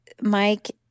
Mike